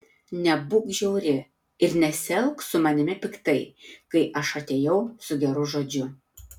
nebūk žiauri ir nesielk su manimi piktai kai aš atėjau su geru žodžiu